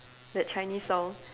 that Chinese song